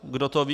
Kdo to ví?